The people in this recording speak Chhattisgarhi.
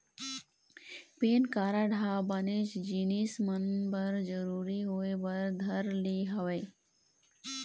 पेन कारड ह बनेच जिनिस मन बर जरुरी होय बर धर ले हवय